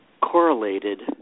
correlated